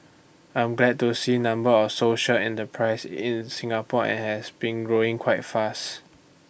I'm glad to see number of social enterprises in Singapore and has been growing quite fast